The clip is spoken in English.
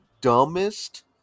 dumbest